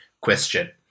question